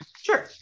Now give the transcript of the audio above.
Sure